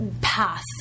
path